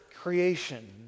creation